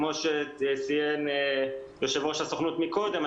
כמו שציין יושב-ראש הסוכנות מקודם,